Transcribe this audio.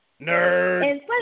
nerd